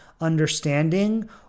understanding